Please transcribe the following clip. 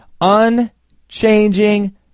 Unchanging